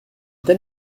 tel